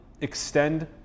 extend